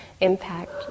impact